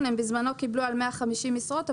בזמנו הם קיבלו על 150 משרות,